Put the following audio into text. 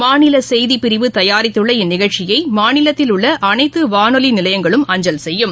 மாநிலசெய்திபிரிவு தயாரித்துள்ள இந்நிகழ்ச்சியைமாநிலத்தில் உள்ளஅனைத்துவானொலிநிலையங்களும் அஞ்சல் செய்யும்